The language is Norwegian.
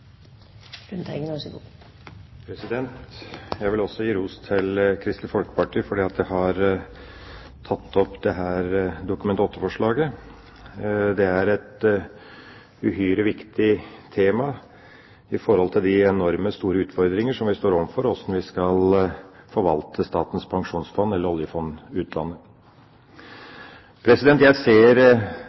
Jeg vil også gi ros til Kristelig Folkeparti for at de har tatt opp dette Dokument nr. 8-forslaget. Det er et uhyre viktig tema i forhold til de enormt store utfordringer som vi står overfor, om hvordan vi skal forvalte Statens pensjonsfond – Utland, eller oljefondet. Jeg ser